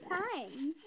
times